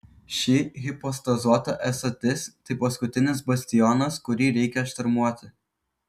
ši hipostazuota esatis tai paskutinis bastionas kurį reikia šturmuoti